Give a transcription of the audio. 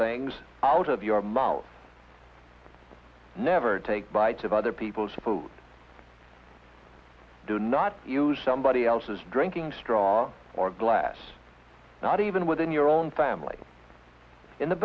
things out of your mouth never take bites of other people's food do not use somebody else's drinking straw or glass not even within your own family in the